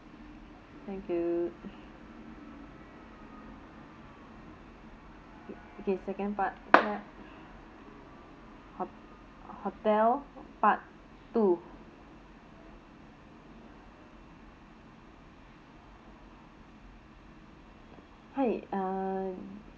thank you okay second part clap ho~ hotel part two hi um